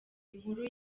inkuru